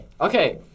Okay